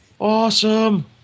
awesome